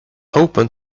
open